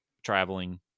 traveling